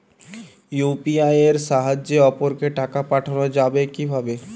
UPI এর সাহায্যে অপরকে টাকা পাঠানো যাবে কিভাবে?